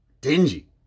dingy